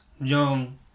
young